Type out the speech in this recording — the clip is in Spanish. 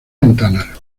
ventanas